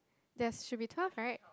there should be twelve right